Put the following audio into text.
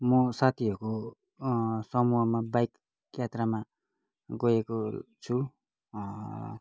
म साथीहरूको समूहमा बाइक यात्रामा गएको छु